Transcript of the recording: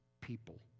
people